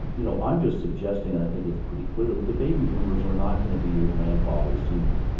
you know i'm just suggesting, and i think it's pretty clear, that the baby boomers are not going to be your grandfather's senior.